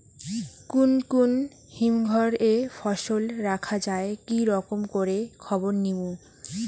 কুন কুন হিমঘর এ ফসল রাখা যায় কি রকম করে খবর নিমু?